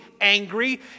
angry